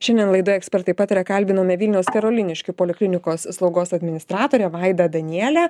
šiandien laidoje ekspertai pataria kalbiname vilniaus karoliniškių poliklinikos slaugos administratorę vaida daniele